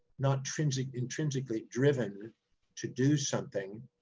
not intrinsically intrinsically driven to do something,